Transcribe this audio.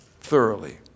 thoroughly